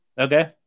Okay